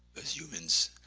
as humans,